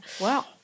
Wow